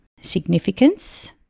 significance